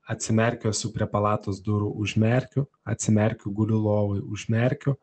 atsimerkiu esu prie palatos durų užmerkiu atsimerkiu guliu lovoj užmerkiu